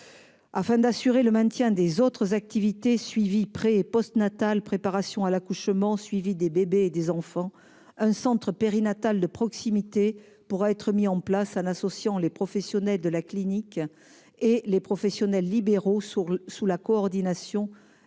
Afin d'assurer le maintien des autres activités- suivi pré-et post-natal, préparation à l'accouchement, suivi des bébés et des enfants -, un centre périnatal de proximité pourra être mis en place, en associant les professionnels de la clinique et les professionnels libéraux, sous la coordination des